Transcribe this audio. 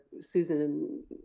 Susan